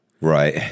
Right